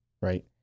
right